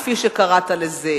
כפי שקראת לזה,